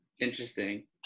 interesting